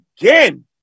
again